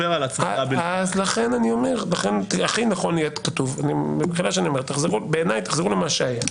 --- אז לכן אני אומר שהכי נכון יהיה שתחזרו למה שהיה.